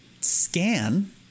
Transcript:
scan